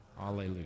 Alleluia